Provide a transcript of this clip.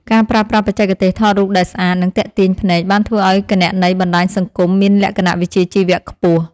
ការប្រើប្រាស់បច្ចេកទេសថតរូបដែលស្អាត និងទាក់ទាញភ្នែកបានធ្វើឱ្យគណនីបណ្តាញសង្គមមានលក្ខណៈវិជ្ជាជីវៈខ្ពស់។